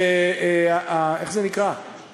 איך זה נקרא,